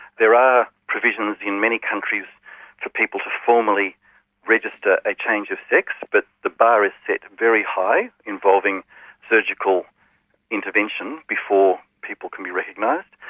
there are provisions in many countries for people to formally register a change of sex, but the bar is set very high, involving surgical intervention before people can be recognised.